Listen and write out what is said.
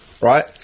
right